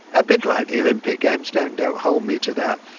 a bit like the olympic games. don't don't hold me to that!